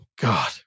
God